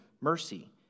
mercy